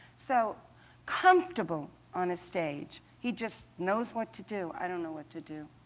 so comfortable on a stage. he just knows what to do. i don't know what to do.